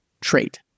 trait